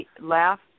laugh